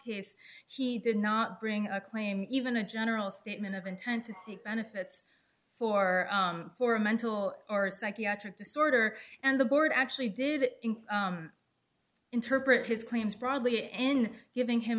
case she did not bring a claim even a general statement of intent and the benefits for for a mental or psychiatric disorder and the board actually did interpret his claims broadly at end giving him